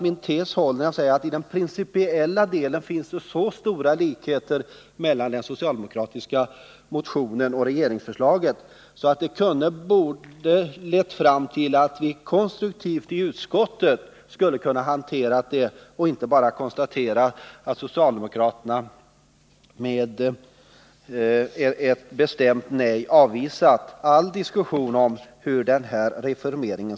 Min tes håller när jag säger att det i den principiella delen finns så stora likheter mellan den socialdemokratiska motionen och regeringsförslaget att vi konstruktivt borde ha kunnat hantera frågan i utskottet och inte bara konstaterat att socialdemokraterna med ett bestämt nej avvisat all diskussion om den här reformen.